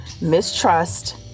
mistrust